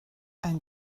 ein